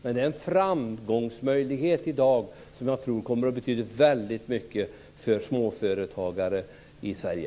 Detta är en möjlighet som jag tror kommer att betyda väldigt mycket för småföretagare i Sverige.